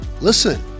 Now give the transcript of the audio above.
listen